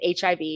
HIV